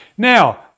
Now